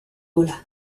gola